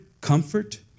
comfort